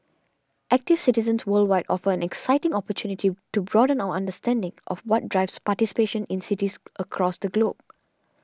active citizens worldwide offers an exciting opportunity to broaden our understanding of what drives participation in cities across the globe